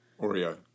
Oreo